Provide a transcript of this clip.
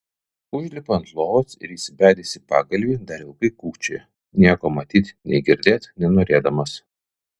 užlipa ant lovos ir įsibedęs į pagalvį dar ilgai kūkčioja nieko matyt nei girdėt nenorėdamas